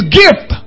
gift